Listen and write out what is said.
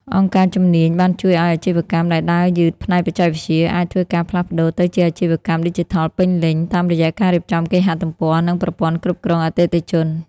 អង្គការជំនាញបានជួយឱ្យអាជីវកម្មដែលដើរយឺតផ្នែកបច្ចេកវិទ្យា អាចធ្វើការផ្លាស់ប្តូរទៅជាអាជីវកម្មឌីជីថលពេញលេញ តាមរយៈការរៀបចំគេហទំព័រ និងប្រព័ន្ធគ្រប់គ្រងអតិថិជន ។